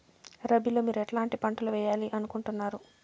రబిలో మీరు ఎట్లాంటి పంటలు వేయాలి అనుకుంటున్నారు?